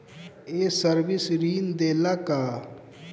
ये सर्विस ऋण देला का?